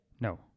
No